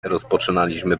rozpoczynaliśmy